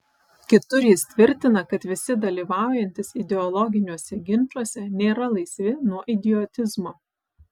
kitur jis tvirtina kad visi dalyvaujantys ideologiniuose ginčuose nėra laisvi nuo idiotizmo